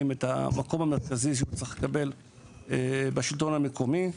את המקום המרכזי שהוא צריך לקבל בשלטון המקומי,